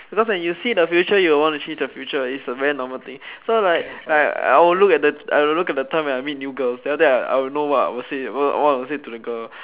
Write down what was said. because if you see the future you will want to change the future is a very normal thing so like like I'll look I'll look at the time when I meet new girls then after that I will know what I'll say what I'll say to the girl